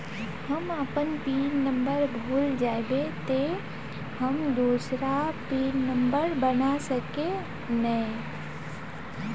हम अपन pin number भूल जयबे ते हम दूसरा पिन नंबर बना सके है नय?